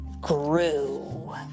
grew